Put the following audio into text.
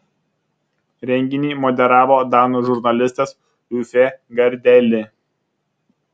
renginį moderavo danų žurnalistas uffe gardeli